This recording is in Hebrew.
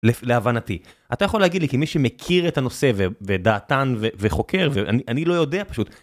להבנתי אתה יכול להגיד לי כי מי שמכיר את הנושא ודעתן וחוקר ואני לא יודע פשוט